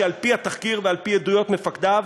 שעל-פי התחקיר ועל-פי עדויות מפקדיו,